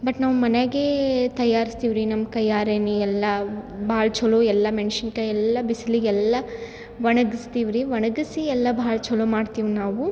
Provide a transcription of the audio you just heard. but ನಾವು ಮನ್ಯಾಗೆ ತಯಾರಿಸ್ತೀವ್ರಿ ನಮ್ಮ ಕೈಯಾರೆನೇ ಎಲ್ಲ ಭಾಳ ಚಲೋ ಎಲ್ಲ ಮೆಣ್ಸಿನ್ಕಾಯಿ ಎಲ್ಲ ಬಿಸ್ಲಿಗೆ ಎಲ್ಲ ಒಣಗಿಸ್ತೀವ್ರಿ ಒಣಗಿಸಿ ಎಲ್ಲ ಭಾಳ ಛಲೋ ಮಾಡ್ತೀವಿ ನಾವು